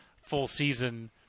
full-season